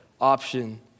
option